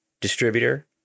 distributor